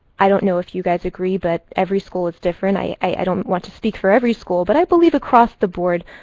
i don't know if you guys agree, but every school is different. i i don't want to speak for every school but i believe across the board,